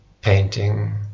painting